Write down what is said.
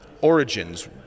origins